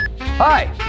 Hi